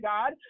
God